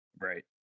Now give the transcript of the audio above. Right